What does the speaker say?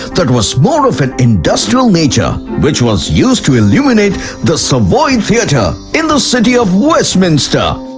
that was more of an industrial nature. which was used to illuminate the savoy theater, in the city of westminster.